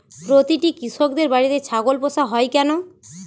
প্রতিটি কৃষকদের বাড়িতে ছাগল পোষা হয় কেন?